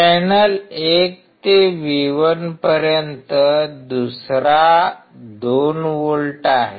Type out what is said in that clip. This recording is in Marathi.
चॅनेल १ ते V1 पर्यंत दुसरा २ व्होल्ट आहे